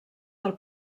del